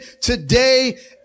today